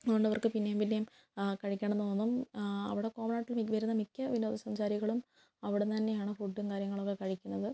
വേണ്ടവർക്ക് പിന്നേയും പിന്നേയും കഴിക്കണമെന്ന് തോന്നും അവിടെ കോമണായിട്ട് എനിക്ക് വരുന്ന മിക്ക വിനോദ സഞ്ചാരികളും അവിടുന്ന് തന്നെയാണ് ഫുഡും കാര്യങ്ങളൊക്കെ കഴിക്കുന്നത്